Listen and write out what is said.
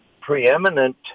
preeminent